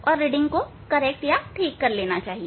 हमें रीडिंग को ठीक करना चाहिए